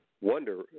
wonder